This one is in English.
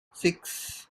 six